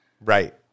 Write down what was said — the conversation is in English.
Right